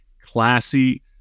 classy